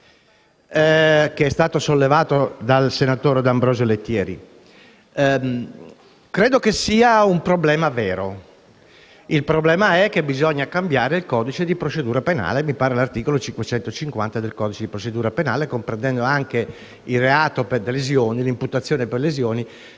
preliminare, sollevata dal senatore D'Ambrosio Lettieri, credo sia un problema vero. Il problema è che bisogna cambiare il codice di procedura penale (mi sembra l'articolo 550 del codice di procedura penale), comprendendo anche l'imputazione per lesioni